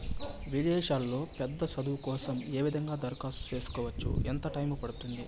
విదేశాల్లో పెద్ద చదువు కోసం ఏ విధంగా దరఖాస్తు సేసుకోవచ్చు? ఎంత టైము పడుతుంది?